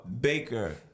Baker